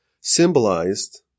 symbolized